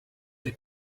der